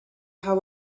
how